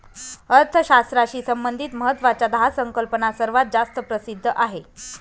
अर्थशास्त्राशी संबंधित महत्वाच्या दहा संकल्पना सर्वात जास्त प्रसिद्ध आहेत